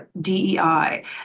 DEI